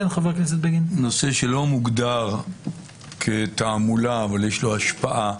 נושא שלא מוגדר כתעמולה, אבל יש לו השפעה,